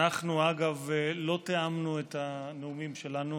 אגב, אנחנו לא תיאמנו את הנאומים שלנו.